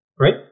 right